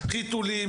חיתולים,